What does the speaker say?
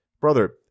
Brother